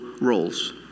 roles